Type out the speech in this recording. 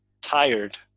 tired